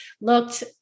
looked